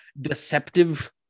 deceptive